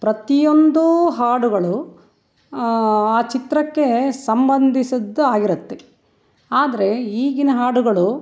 ಪ್ರತಿಯೊಂದು ಹಾಡುಗಳು ಆ ಚಿತ್ರಕ್ಕೆ ಸಂಬಂಧಿಸಿದ್ದಾಗಿರುತ್ತೆ ಆದರೆ ಈಗಿನ ಹಾಡುಗಳು